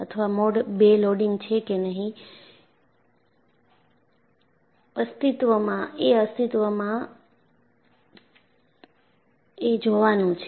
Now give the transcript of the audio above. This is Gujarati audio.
અથવા મોડ II લોડિંગ છે કે નહી અસ્તિત્વમાં એ જોવાનું છે